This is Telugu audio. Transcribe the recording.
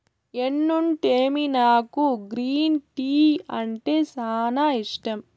ఎన్నుంటేమి నాకు గ్రీన్ టీ అంటే సానా ఇష్టం